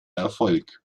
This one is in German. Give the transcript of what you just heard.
erfolg